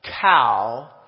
cow